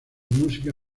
música